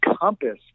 compass